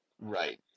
right